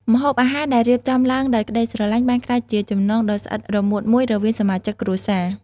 ម្ហូបអាហារដែលរៀបចំឡើងដោយក្ដីស្រឡាញ់ បានក្លាយជាចំណងដ៏ស្អិតរមួតមួយរវាងសមាជិកគ្រួសារ។